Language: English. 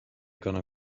gonna